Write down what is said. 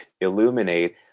illuminate